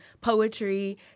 poetry